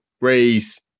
raise